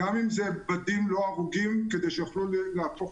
אם זה בדים לא ארוגים כדי שיוכלו להפוך